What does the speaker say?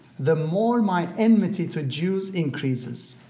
the more my enmity to jews increases.